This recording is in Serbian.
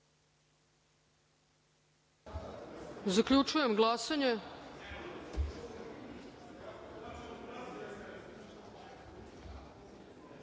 to? Zaključujem glasanje: